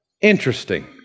Interesting